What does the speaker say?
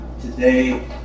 today